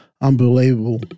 unbelievable